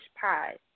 pie